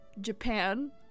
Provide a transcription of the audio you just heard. Japan